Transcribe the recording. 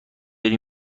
داری